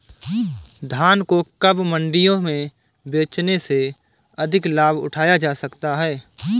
धान को कब मंडियों में बेचने से अधिक लाभ उठाया जा सकता है?